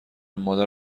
مادر